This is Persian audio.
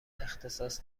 اختصاص